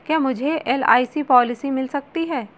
क्या मुझे LIC policy मिल सकती है?